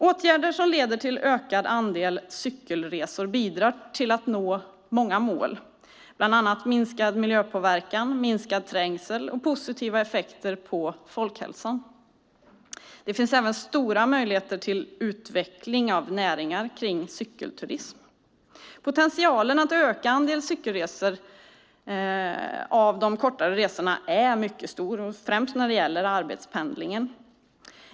Åtgärder som leder till en ökad andel cykelresor bidrar till att nå många mål, bland annat minskad miljöpåverkan, minskad trängsel och positiva effekter på folkhälsan. Det finns även stora möjligheter till utveckling av näringar kring cykelturism. Potentialen att öka andelen cykelresor av de kortare resorna är mycket stor, främst när det gäller arbetspendlingen.